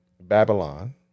Babylon